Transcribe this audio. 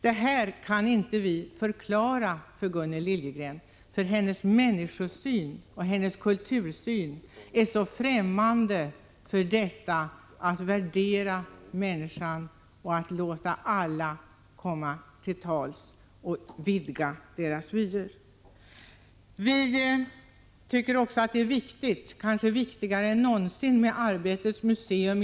Det här kan vi inte förklara för Gunnel Liljegren, för hennes människosyn och hennes syn på kulturen är så främmande för att värdera människan och att låta alla komma till tals och vidga deras vyer. Vi tycker också att det är viktigt — kanske viktigare än någonsin — att stöd ges till Arbetets museum.